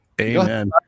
Amen